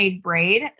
braid